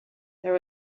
there